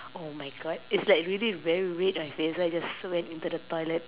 oh my God it's like really very red my face so I just went in to the toilet